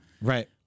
right